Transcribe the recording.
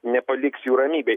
nepaliks jų ramybėj